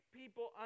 people